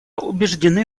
убеждены